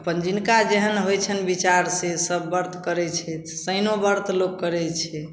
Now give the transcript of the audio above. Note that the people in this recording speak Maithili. अपन जिनका जेहन होइ छनि विचारसे सब वर्त करै छथि शइनो वर्त लोक करै छै